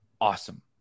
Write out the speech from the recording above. awesome